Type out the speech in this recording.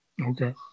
Okay